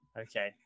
okay